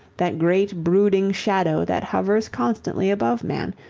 that great brooding shadow that hovers constantly above man,